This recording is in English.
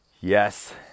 Yes